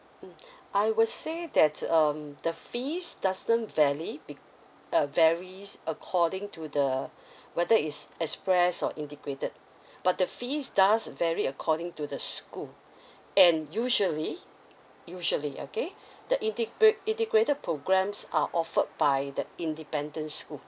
mm I would say that um the fees doesn't vary be~ uh varies according to the whether it's express or integrated but the fees dose vary according to the school and usually usually okay the integrate~ integrated programmes are offered by the independent school